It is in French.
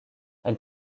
elle